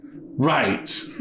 Right